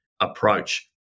approach